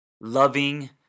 loving